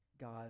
God